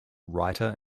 writer